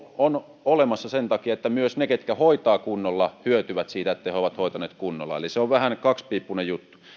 on olemassa sen takia että myös ne ketkä hoitavat kunnolla hyötyvät siitä että he ovat hoitaneet kunnolla eli se on vähän kaksipiippuinen juttu